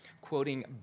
quoting